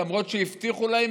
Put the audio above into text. למרות שהבטיחו להם,